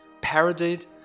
parodied